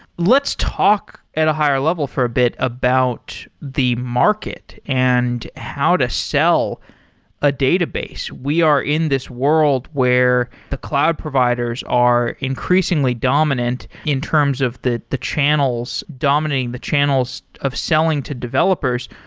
let's talk at a higher level for a bit about the market and how to sell a database. we are in this world where the cloud providers are increasingly dominant in terms of the the channels, dominating the channels of selling to developers.